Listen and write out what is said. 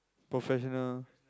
professional